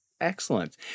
excellent